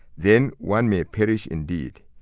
then one may perish indeed.